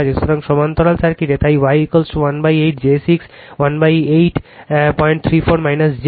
সুতরাং সমান্তরাল সার্কিটে তাই Y18 j 6 1834 j XC